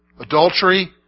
adultery